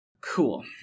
Cool